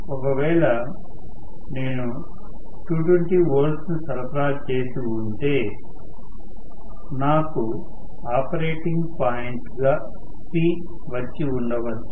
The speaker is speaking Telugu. ఒకవేళ నేను 220 వోల్ట్లను సరఫరా చేసి ఉంటే నాకు ఆపరేటింగ్ పాయింట్ గా P వచ్చి ఉండవచ్చు